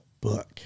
book